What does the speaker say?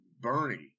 Bernie